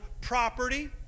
property